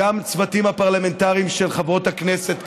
גם לצוותים הפרלמנטריים של חברות הכנסת,